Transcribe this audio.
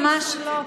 ממש לא,